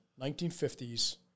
1950s